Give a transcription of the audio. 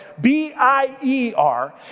B-I-E-R